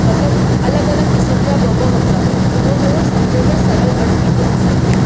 मतिलबु अलॻि अलॻि क़िस्म जा ॿ ॿ मतिलबु आहिनि त उहो थोरो सम्झि में सरल घटि थींदो आहे असांखे